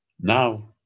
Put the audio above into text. Now